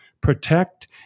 protect